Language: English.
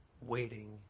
waiting